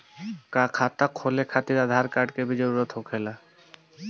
का खाता खोले खातिर आधार कार्ड के भी जरूरत होखेला?